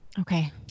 Okay